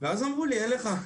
ואז אמרו לי אין לך,